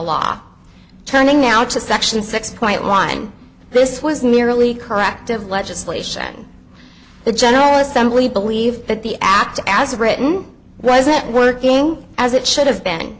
law turning now to section six point one this was nearly corrective legislation the general assembly believed that the act as written wasn't working as it should have been